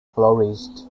flourished